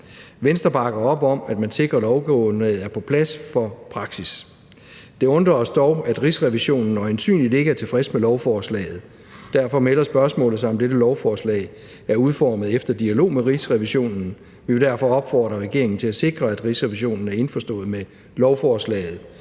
Venstre bakker op om, at man sikrer, at lovgrundlaget for praksis er på plads. Det undrer os dog, at Rigsrevisionen øjensynlig ikke er tilfreds med lovforslaget. Derfor melder spørgsmålet sig, om dette lovforslag er udformet efter dialog med Rigsrevisionen. Vi vil derfor opfordre regeringen til at sikre, at Rigsrevisionen er indforstået med lovforslaget.